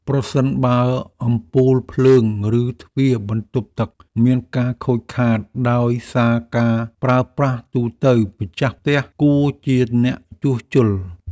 ប្រសិនបើអំពូលភ្លើង ឬទ្វារបន្ទប់ទឹកមានការខូចខាតដោយសារការប្រើប្រាស់ទូទៅ ម្ចាស់ផ្ទះគួរជាអ្នកជួសជុល។